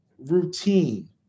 routine